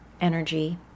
energy